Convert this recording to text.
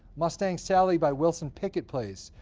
mustang sally by wilson pickett plays.